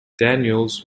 daniels